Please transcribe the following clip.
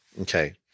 Okay